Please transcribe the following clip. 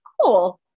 cool